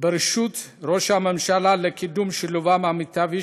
בראשות ראש הממשלה לקידום שילובם המיטבי